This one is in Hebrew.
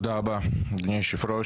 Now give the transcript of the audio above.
תודה רבה, אדוני היושב-ראש.